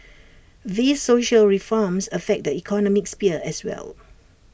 these social reforms affect the economic sphere as well